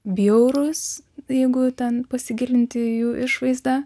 bjaurūs jeigu ten pasigilinti į jų išvaizdą